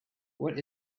what